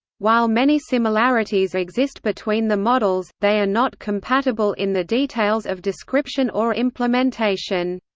while many similarities exist between the models, they are not compatible in the details of description or implementation.